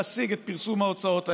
להשיג את פרסום ההוצאות האלה.